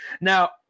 now